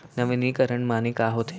नवीनीकरण माने का होथे?